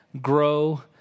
grow